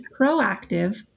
proactive